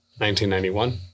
1991